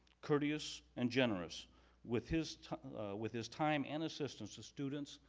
courteous, and generous with his with his time and assistance to students,